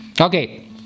Okay